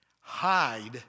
Hide